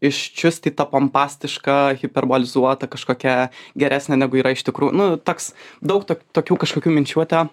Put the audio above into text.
iščiustyta pompastiška hiperbolizuota kažkokia geresnė negu yra iš tikrų nu toks daug tokių kažkokių minčių atėjo